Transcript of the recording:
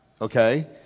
Okay